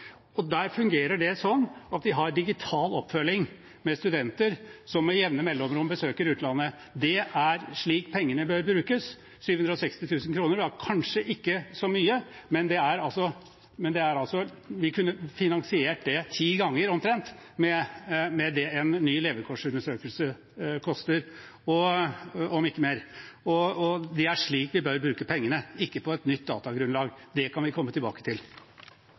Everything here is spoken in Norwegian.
Der fungerer det sånn at de har digital oppfølging av studenter som med jevne mellomrom besøker utlandet. Det er slik pengene bør brukes. 760 000 kr er kanskje ikke så mye, men vi kunne finansiert det ti ganger, omtrent, med det en ny levekårsundersøkelse koster – om ikke mer. Det er slik vi bør bruke pengene, ikke på et nytt datagrunnlag. Det kan vi komme tilbake til.